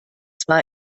zwar